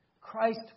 Christ